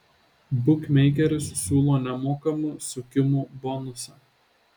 bukmeikeris siūlo nemokamų sukimų bonusą